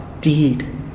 deed